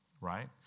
right